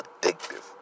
addictive